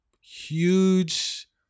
huge